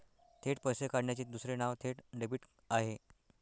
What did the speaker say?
थेट पैसे काढण्याचे दुसरे नाव थेट डेबिट आहे